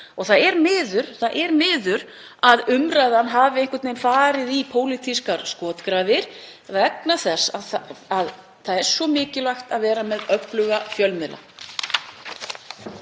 Það er miður að umræðan hafi farið í pólitískar skotgrafir vegna þess að það er svo mikilvægt að vera með öfluga fjölmiðla.